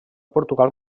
portugal